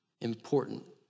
Important